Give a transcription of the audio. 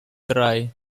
drei